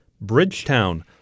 Bridgetown